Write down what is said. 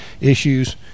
issues